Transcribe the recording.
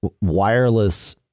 wireless